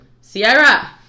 Sierra